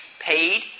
paid